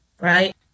right